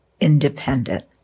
independent